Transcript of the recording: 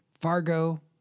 Fargo